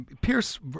Pierce